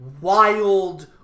wild